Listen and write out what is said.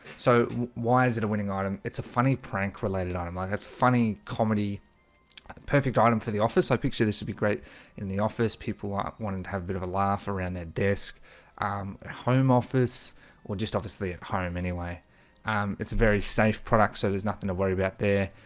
so why is it a winning item? its a funny prank related item i have funny comedy perfect item for the office. i picture this would be great in the office people i wanted to have a bit of a laugh around their desk um a home office or just obviously at home anyway um it's a very safe product. so there's nothing to worry about there,